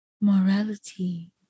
Morality